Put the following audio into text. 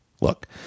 Look